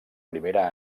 primera